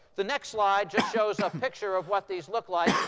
the next slide just shows a picture of what these look like.